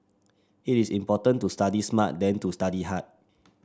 it is important to study smart than to study hard